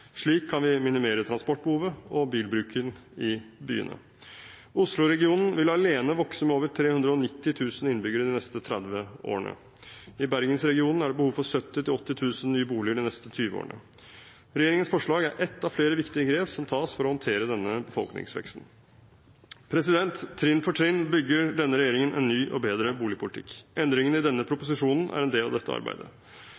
Slik kan vi minimere transportbehovet og bilbruken i byene. Oslo-regionen vil alene vokse med over 390 000 innbyggere de neste 30 årene. I Bergensregionen er det behov for 70 000–80 000 nye boliger de neste 20 årene. Regjeringens forslag er ett av flere viktige grep som tas for å håndtere denne befolkningsveksten. Trinn for trinn bygger denne regjeringen en ny og bedre boligpolitikk. Endringene i denne